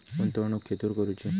गुंतवणुक खेतुर करूची?